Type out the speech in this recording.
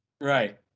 Right